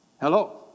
Hello